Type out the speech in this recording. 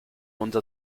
onde